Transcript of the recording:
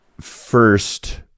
First